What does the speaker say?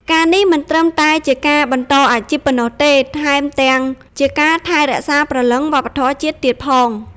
ការណ៍នេះមិនត្រឹមតែជាការបន្តអាជីពប៉ុណ្ណោះទេ ថែមទាំងជាការថែរក្សាព្រលឹងវប្បធម៌ជាតិទៀតផង។